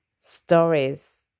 stories